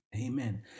amen